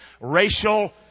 racial